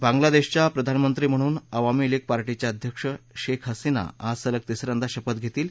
बांग्लादेशाच्या प्रधानमंत्री म्हणून अवामी लीग पार्टींच्या अध्यक्ष शेख हसीना आज सलग तिस यांदा शपथ घेतील